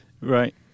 Right